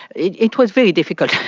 it it was very difficult.